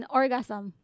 orgasm